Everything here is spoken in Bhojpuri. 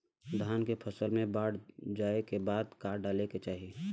धान के फ़सल मे बाढ़ जाऐं के बाद का डाले के चाही?